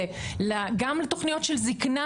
גם לתוכניות של זקנה,